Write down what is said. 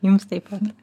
jums taip pat